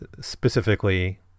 specifically